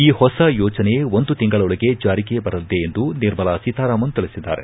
ಈ ಹೊಸ ಯೋಜನೆ ಒಂದು ತಿಂಗಳೊಳಗೆ ಜಾರಿಗೆ ಬರಲಿದೆ ಎಂದು ನಿರ್ಮಲಾ ಸೀತಾರಾಮನ್ ತಿಳಿಸಿದ್ದಾರೆ